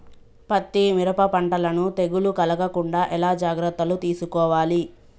పత్తి మిరప పంటలను తెగులు కలగకుండా ఎలా జాగ్రత్తలు తీసుకోవాలి?